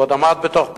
ועוד עמד בתוך פקק,